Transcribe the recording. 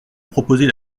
proposer